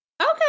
Okay